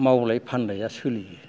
मावलाय फानलाया सोलियो